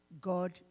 God